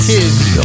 Kids